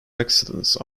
excellence